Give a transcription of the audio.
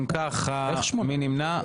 מי נמנע?